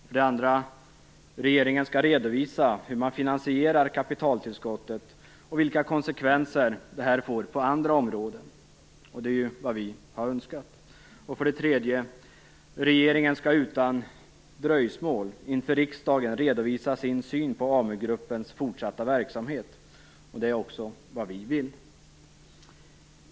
För det andra skall regeringen redovisa hur man finansierar kapitaltillskottet och vilka konsekvenser det får på andra områden. Det är ju vad vi har önskat. För det tredje skall regeringen utan dröjsmål inför riksdagen redovisa sin syn på Amu-gruppens fortsatta verksamhet. Det är också vad vi vill.